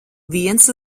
viens